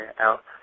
out